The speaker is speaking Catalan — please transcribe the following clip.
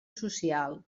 social